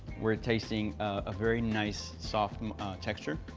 we're tasting a very nice, soft and texture.